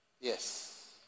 Yes